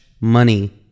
money